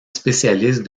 spécialiste